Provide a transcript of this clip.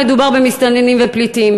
לא מדובר במסתננים ובפליטים,